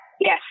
Yes